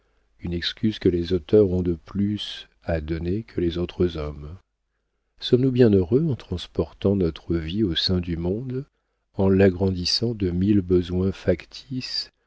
une excuse que les auteurs ont de plus à donner que les autres hommes sommes-nous bien heureux en transportant notre vie au sein du monde en l'agrandissant de mille besoins factices